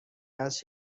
هست